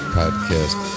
podcast